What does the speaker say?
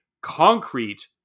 concrete